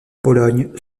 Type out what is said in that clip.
pologne